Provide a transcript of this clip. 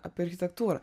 apie architektūrą